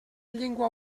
llengua